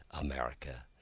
America